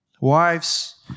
Wives